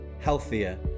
healthier